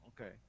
Okay